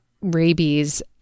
rabies